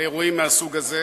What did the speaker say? לאירועים מהסוג הזה